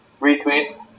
retweets